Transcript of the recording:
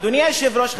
אדוני היושב-ראש,